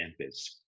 campus